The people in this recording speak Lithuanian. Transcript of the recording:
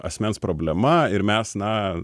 asmens problema ir mes na